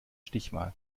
stichwahl